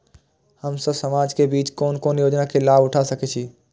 हम सब समाज के बीच कोन कोन योजना के लाभ उठा सके छी?